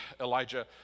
Elijah